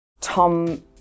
Tom